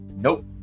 Nope